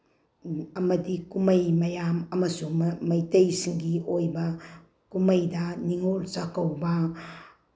ꯑꯃꯗꯤ ꯀꯨꯝꯍꯩ ꯃꯌꯥꯝ ꯑꯃꯁꯨꯡ ꯃꯩꯇꯩꯁꯤꯡꯒꯤ ꯑꯣꯏꯕ ꯀꯨꯝꯍꯩꯗ ꯅꯤꯡꯉꯣꯜ ꯆꯥꯛꯀꯧꯕ